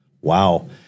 wow